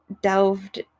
delved